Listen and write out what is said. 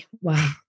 Wow